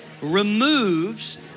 removes